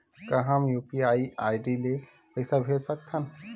का हम UPI ID ले पईसा भेज सकथन?